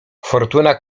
fortuna